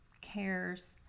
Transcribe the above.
cares